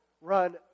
run